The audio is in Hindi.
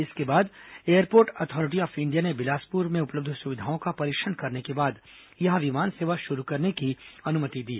इसके बाद एयरपोर्ट अथॉरिटी ऑफ इंडिया ने बिलासपुर में उपलब्ध सुविधाओं का परीक्षण करने के बाद यहां विमान सेवा शुरू करने की अनुमति दी